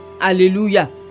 Hallelujah